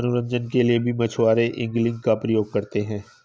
मनोरंजन के लिए भी मछुआरे एंगलिंग का प्रयोग करते हैं